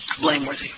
blameworthy